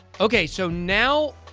okay, so, now,